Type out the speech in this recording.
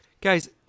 Guys